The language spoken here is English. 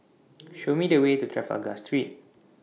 Show Me The Way to Trafalgar Street